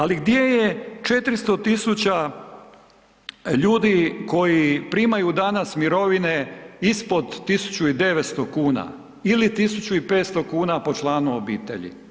Ali gdje je 400 000 ljudi koji primaju danas mirovine ispod 1.900,00 kn ili 1.500,00 kn po članu obitelji.